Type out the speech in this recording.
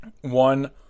One